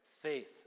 faith